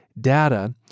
data